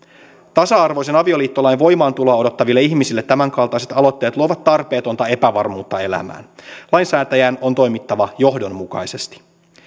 tasa arvoisen avioliittolain voimaantuloa odottaville ihmisille tämänkaltaiset aloitteet luovat tarpeetonta epävarmuutta elämään lainsäätäjän on toimittava johdonmukaisesti